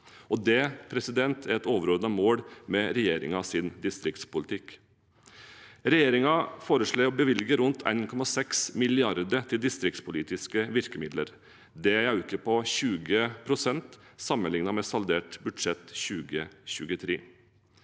landet. Det er et overordnet mål med regjeringens distriktspolitikk. Regjeringen foreslår å bevilge rundt 1,6 mrd. kr til distriktspolitiske virkemidler. Det er en økning på 20 pst. sammenlignet med saldert budsjett 2023.